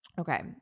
Okay